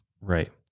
Right